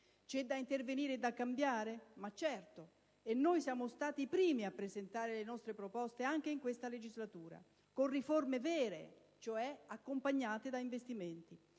C'è da intervenire e da cambiare? Certo. E noi siamo stati i primi a presentare le nostre proposte anche in questa legislatura, con riforme vere, cioé accompagnate da investimenti.